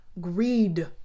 Greed